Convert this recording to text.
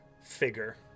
figure